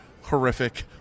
Horrific